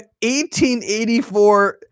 1884